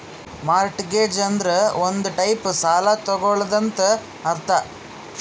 mortgage ಅಂದುರ್ ಒಂದ್ type ಸಾಲ ತಗೊಳದಂತ್ ಅರ್ಥ